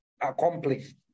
accomplished